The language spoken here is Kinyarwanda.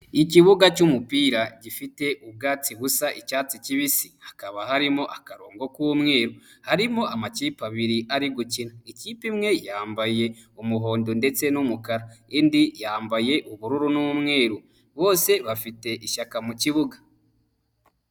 Ikibuga cy'umupira gifite ubwatsi busa icyatsi kibisi hakaba harimo akarongo k'umweru. Harimo amakipe abiri ari gukina. Ikipe imwe yambaye umuhondo ndetse n'umukara, indi yambaye ubururu n'umweru. Bose bafite ishyaka mu kibuga.